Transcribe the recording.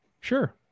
Sure